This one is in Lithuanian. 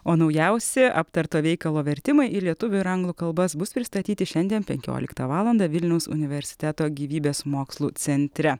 o naujausi aptarto veikalo vertimai į lietuvių ir anglų kalbas bus pristatyti šiandien penkioliktą valandą vilniaus universiteto gyvybės mokslų centre